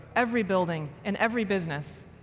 every building, and every business,